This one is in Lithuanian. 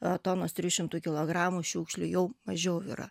a tonos trijų šimtų kilogramų šiukšlių jau mažiau yra